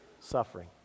suffering